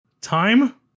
Time